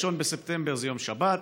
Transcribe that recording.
1 בספטמבר זה שבת,